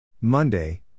Monday